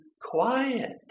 quiet